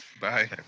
Bye